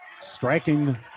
Striking